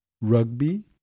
rugby